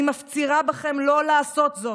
אני מפצירה בכם לא לעשות זאת.